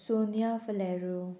Sonia Faleiro